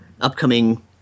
upcoming